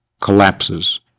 collapses